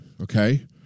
okay